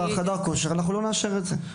בחדר הכושר אנחנו לא נאשר את זה,